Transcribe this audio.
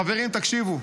חברים, תקשיבו.